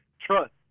trust